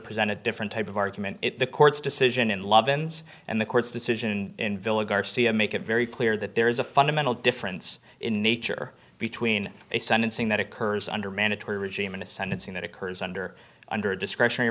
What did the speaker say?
present a different type of argument the court's decision in love ins and the court's decision in villa garcia make it very clear that there is a fundamental difference in nature between a sentencing that occurs under mandatory regime and a sentencing that occurs under under discretionary